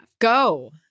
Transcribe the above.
Go